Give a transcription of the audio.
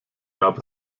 gab